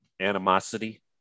animosity